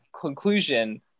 conclusion